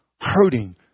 hurting